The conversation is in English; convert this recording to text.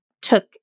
took